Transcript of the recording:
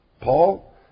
Paul